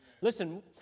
Listen